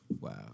Wow